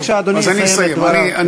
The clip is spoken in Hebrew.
בבקשה, אדוני יסיים את דבריו.